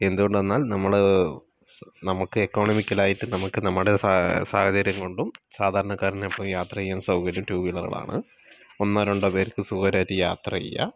എന്തുകൊണ്ടെന്നാൽ നമ്മൾ നമുക്ക് എക്കോണമിക്കലായിട്ട് നമുക്ക് നമ്മുടെ സാഹചര്യം കൊണ്ടും സാധാരണക്കാരന് എപ്പോഴും യാത്ര ചെയ്യാൻ സൗകര്യം ടൂവീലറുകൾ ആണ് ഒന്നോ രണ്ടോ പേർക്ക് സുഖകരമായിട്ട് യാത്ര ചെയ്യാം